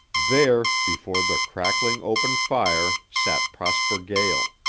there, before the crackling, open fire, sat prosper gael.